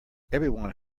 everyone